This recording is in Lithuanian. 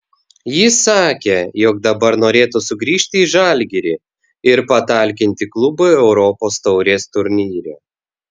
jis sakė jog dabar norėtų sugrįžti į žalgirį ir patalkinti klubui europos taurės turnyre